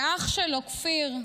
כשאח שלו, כפיר,